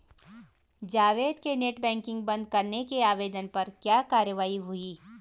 जावेद के net banking बंद करने के आवेदन पर क्या कार्यवाही हुई?